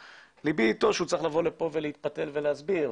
ליבי אתו שהוא צריך לבוא לפה ולהתפתל ולהסביר.